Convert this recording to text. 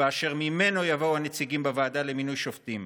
ואשר ממנו יבואו הנציגים בוועדה לבחירת שופטים.